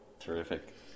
Terrific